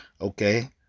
Okay